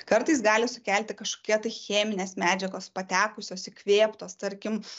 kartais gali sukelti kažkokia tai cheminės medžiagos patekusios įkvėptos tarkim